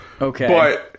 okay